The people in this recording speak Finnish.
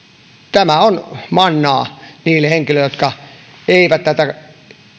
tämä on mannaa niille henkilöille jotka eivät tätä